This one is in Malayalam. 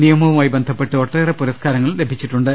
നിയമവു മായി ബന്ധപ്പെട്ട് ഒട്ടേറെ പുരസ്കാരങ്ങൾ ലഭിച്ചിട്ടുണ്ട്